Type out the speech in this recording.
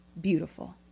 beautiful